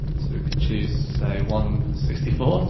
so we can choose say one sixty four,